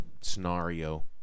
scenario